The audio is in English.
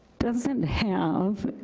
doesn't have,